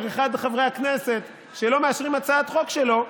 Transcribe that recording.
אחד מחברי הכנסת שלא מאשרים הצעת חוק שלו,